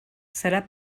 serà